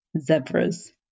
zebras